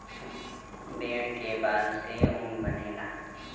भेड़ के बाल से ऊन बनेला